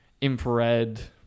infrared